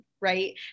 right